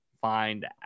find